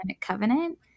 covenant